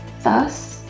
Thus